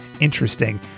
interesting